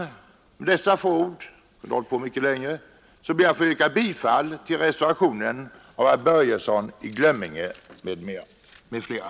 Med dessa få ord — ämnet är annars outtömligt — ber jag att få yrka bifall till reservationen av herr Börjesson i Glömminge m.fl.